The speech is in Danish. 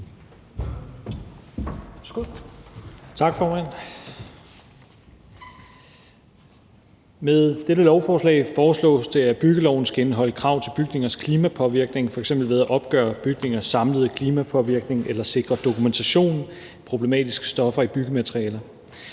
Med dette lovforslag foreslås det, at byggeloven skal indeholde krav til bygningers klimapåvirkning, f.eks. ved at opgøre bygningers samlede klimapåvirkning eller sikre dokumentation af problematiske stoffer i byggematerialer.